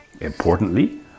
importantly